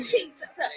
Jesus